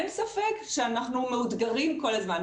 אין ספק שאנחנו מאותגרים כל הזמן.